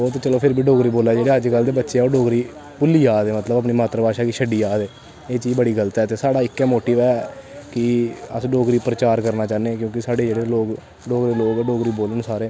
ओह् ते चसलो फ्ही बी डोगरी बोला दे जेह्ड़े अज कल दे बच्चे ऐ ओह्डोगरी भुल्ली जा दे मतलव अपनी मात्तर भाशा गी शड्डी जा दे एह् चीज़ बड़ी गल्त ऐ साढ़ा इक्कै मोटिव ऐ अस डोगरी प्रचार करना चाह्नें क्योंकि साढ़े जेह्ड़े लोग डोगरे लोग डोगरी बोलन सारे